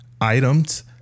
items